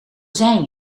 zijn